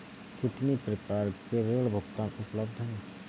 कितनी प्रकार के ऋण भुगतान उपलब्ध हैं?